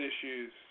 issues